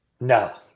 No